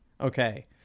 Okay